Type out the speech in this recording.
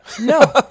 No